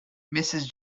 mrs